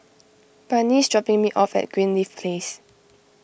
Barnie is dropping me off at Greenleaf Place